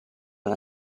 una